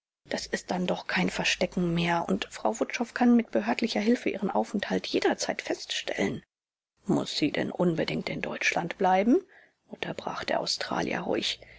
das ist dann doch kein verstecken mehr und frau wutschow kann mit behördlicher hilfe ihren aufenthalt jederzeit feststellen muß sie denn unbedingt in deutschland bleiben unterbrach der australier ruhig